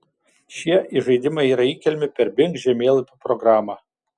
šie į žaidimą yra įkeliami per bing žemėlapių programą